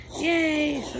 Yay